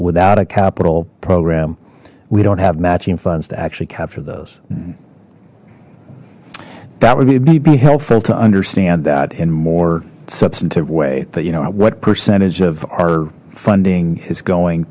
without a capital program we don't have matching funds to actually capture those that would be helpful to understand that in more substantive way that you know what percentage of our funding is going